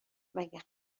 مگه